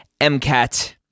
MCAT